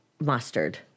mustard